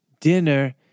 dinner